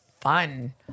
fun